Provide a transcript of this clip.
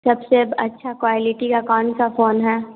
सबसे अच्छी क्वालिटी का कौनसा फ़ोन है